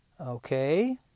okay